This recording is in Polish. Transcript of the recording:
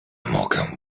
mogę